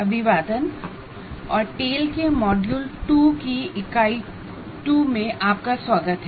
अभिवादन और टेल के मॉड्यूल 2 की इकाई 2 में आपका स्वागत है